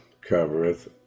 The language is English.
covereth